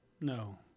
no